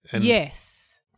Yes